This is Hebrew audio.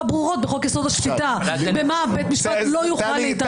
ברורות בחוק-יסוד: השפיטה במה בית משפט לא יוכל להתערב.